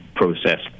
process